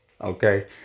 Okay